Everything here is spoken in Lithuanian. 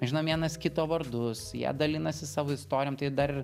žinom vienas kito vardus jie dalinasi savo istorijom tai dar